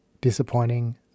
disappointing